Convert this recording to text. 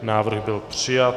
Návrh byl přijat.